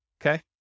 okay